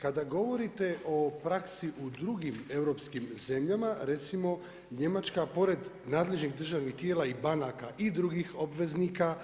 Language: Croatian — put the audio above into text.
Kada govorite o praksi u drugim europskim zemljama recimo Njemačka pored nadležnih državnih tijela i banaka i drugih obveznika